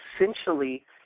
essentially